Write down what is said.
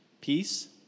peace